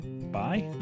Bye